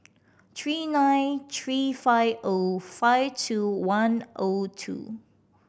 three nine three five O five two one O two